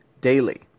daily